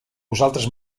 vosaltres